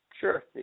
Sure